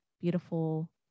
beautiful